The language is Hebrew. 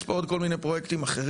יש פה עוד כל מיני פרויקטים אחרים,